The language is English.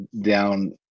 down